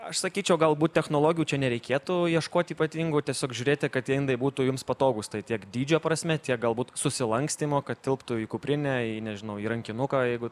aš sakyčiau galbūt technologijų čia nereikėtų ieškoti ypatingų tiesiog žiūrėti kad tie indai būtų jums patogūs tai tiek dydžio prasme tiek galbūt susilankstymo kad tilptų į kuprinę į nežinau į rankinuką jeigu